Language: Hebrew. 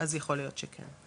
אז יכול להיות שכן.